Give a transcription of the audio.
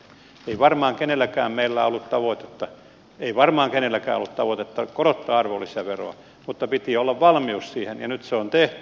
ei varmaan kenelläkään meillä ollut tavoitetta korottaa arvonlisäveroa mutta piti olla valmius siihen ja nyt se on tehty